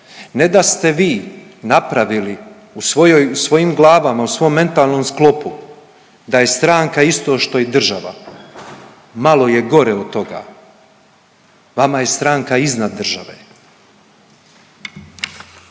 ne da ste vi napravili u svojim glavama u svom mentalnom stranku da je stranka isto što i država, malo je gore od toga, vama je stranka iznad države.